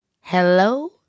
hello